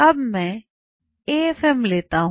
अब मैं एएफएम लेता हूं